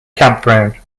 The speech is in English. campground